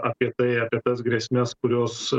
apie tai apie tas grėsmes kurios